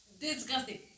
Disgusting